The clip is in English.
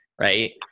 right